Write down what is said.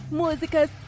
músicas